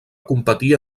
competir